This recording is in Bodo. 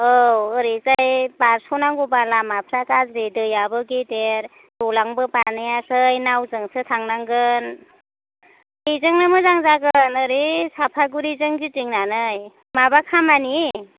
औ ओरैजाय बारस' नांगौबा लामाफोरा गाज्रि दैआबो गेदेर दालांबो बानायाखै नावजोंसो थांनांगोन बेजोंनो मोजां जागोन ओरै सापागुरिजों गिदिंनानै माबा खामानि